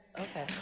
Okay